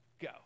go